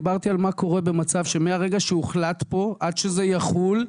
דיברתי על מה קורה במצב שמהרגע שהוחלט פה עד שזה יחול,